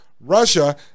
Russia